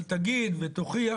אבל תגיד ותוכיח?